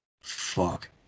Fuck